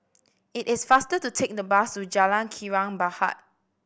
it is faster to take the bus to Jalan Kilang Barat